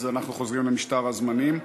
אז אנחנו חוזרים למשטר הזמנים.